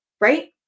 right